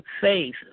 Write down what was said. faith